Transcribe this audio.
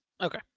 okay